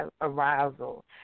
arousal